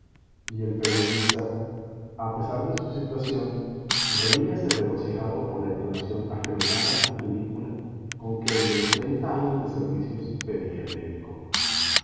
y el periodista a pesar de su situación reíase regocijado por la entonación afeminada y ridícula con que el de los treinta años de servicios pedía el médico